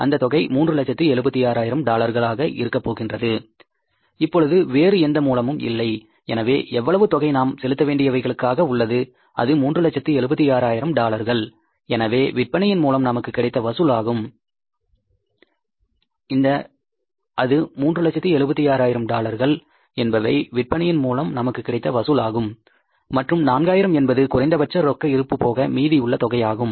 அந்த தொகை 376000 டாலர்களாக இருக்க போகின்றது இப்பொழுது வேறு எந்த மூலமும் இல்லை எனவே எவ்வளவு தொகை நாம் செலுத்தவேண்டியவைகளுக்காக உள்ளது அது 376000 டாலர்கள் என்பவை விற்பனையின் மூலம் நமக்கு கிடைத்த வசூல் ஆகும் மற்றும் 4000 என்பது குறைந்தபட்ச ரொக்க இருப்பு போக மீதி உள்ள தொகை ஆகும்